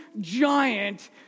giant